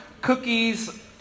Cookie's